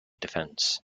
defense